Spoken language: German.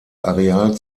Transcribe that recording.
areal